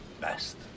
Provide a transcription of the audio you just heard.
Best